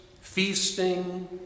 feasting